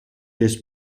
des